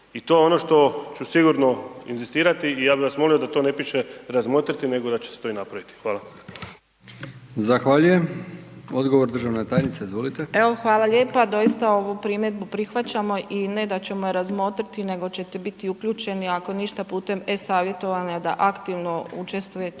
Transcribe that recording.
I to je ono što ću sigurno inzistirati i ja bi vas molio da tio ne piše, ramotriti, nego da će se to i napraviti. Hvala. **Brkić, Milijan (HDZ)** Zahvaljujem. Odgovor državna tajnice, izvolite. **Prpić, Katica** Hvala lijepo. Doista ovu primjedbu prihvaćamo i ne da ćemo ju razmotriti nego ćete biti upućeni, ako ništa putem e-savjetovanja da aktivno učestvujete